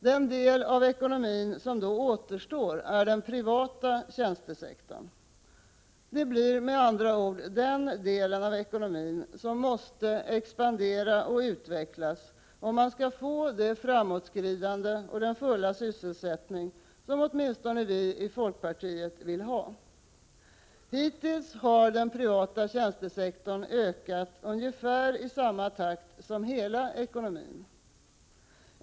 Den del av ekonomin som då återstår är den privata tjänstesektorn. Det blir med andra ord denna del av ekonomin som måste expandera och utvecklas, om man skall få det framåtskridande och den fulla sysselsättning som åtminstone vi i folkpartiet vill ha. Hittills har den privata tjänstesektorn ökat i ungefär samma takt som hela ekonomin.